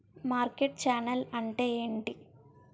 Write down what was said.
Market channel అంటే ఏంటి?